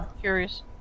Curious